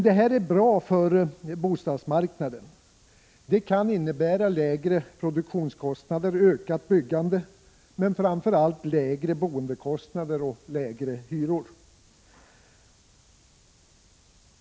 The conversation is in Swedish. Det här är bra för bostadsmarknaden, eftersom det kan innebära lägre produktionskostnader, ökat byggande och framför allt lägre boendekostnader och lägre hyror.